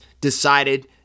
decided